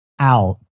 out